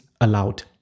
allowed